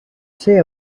say